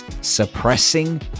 suppressing